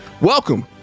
welcome